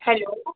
hello